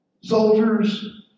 Soldiers